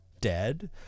dead